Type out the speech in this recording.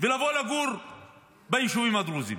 ולבוא לגור ביישובים הדרוזיים.